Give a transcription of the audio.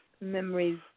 memories